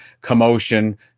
commotion